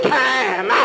time